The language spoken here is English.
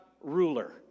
ruler